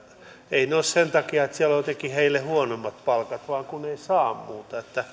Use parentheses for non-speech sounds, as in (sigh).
he ole sen takia että siellä on jotenkin heille huonommat palkat vaan kun eivät saa muuta että (unintelligible)